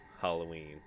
Halloween